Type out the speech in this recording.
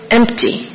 empty